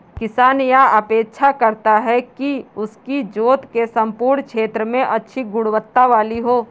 किसान यह अपेक्षा करता है कि उसकी जोत के सम्पूर्ण क्षेत्र में अच्छी गुणवत्ता वाली हो